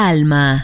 Alma